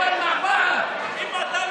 אם אתה,